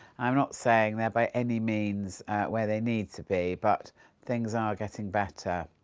i'm not saying they're by any means where they need to be, but things are getting better.